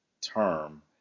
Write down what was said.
term